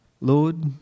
Lord